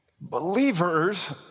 Believers